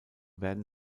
werden